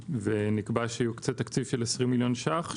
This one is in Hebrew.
נקבע שיוקצה תקציב של 20 מיליון שקלים,